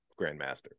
Grandmaster